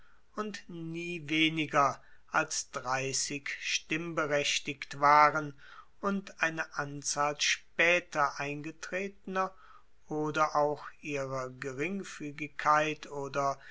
und nie weniger als dreissig stimmberechtigt waren und eine anzahl spaeter eingetretener oder auch ihrer geringfuegigkeit oder